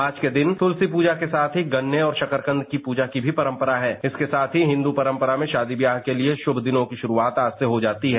आज के दिन तलसी प्रजा के साथ ही गन्ना और शकरकंद की भी पूजा की परंपरा है इसके साथ ही हिंदू परंपरा में शादी ब्याह के लिए शुभ दिनों की शुरुआत आज से होती है